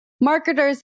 marketers